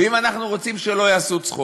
ואם אנחנו רוצים שלא יעשו צחוק,